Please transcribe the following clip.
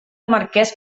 marqués